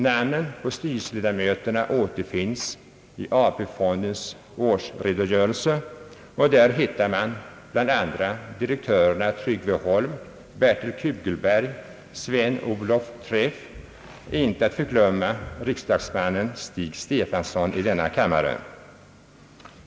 Namnen på styrelseledamöterna återfinnes i AP fondens årsredogörelser och där hittar man bl.a. direktörerna Tryggve Holm, Bertil Kugelberg, Sven Olof Träff och inte att förglömma riksdagsmannen Stig Stefanson i denna kammare.